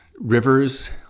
rivers